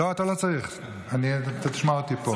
לא, אתה לא צריך, אתה תשמע אותי פה.